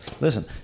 Listen